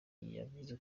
yavuze